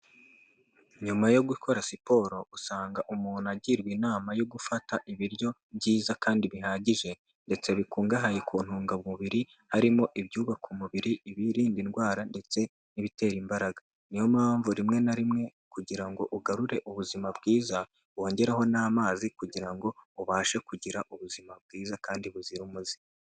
Nyuma yo gukora siporo, usanga umuntu agirwa inama yo gufata ibiryo byiza kandi bihagije, ndetse bikungahaye ku ntungamubiri, harimo ibyubaka umubiri, ibirinda indwara ndetse n'ibitera imbaraga. Niyo mpamvu rimwe na rimwe kugira ngo ugarure ubuzima bwiza, wongeraho n'amazi kugira ngo ubashe kugira ubuzima bwiza kandi buzira umuze.